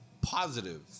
Positive